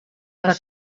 per